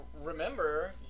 remember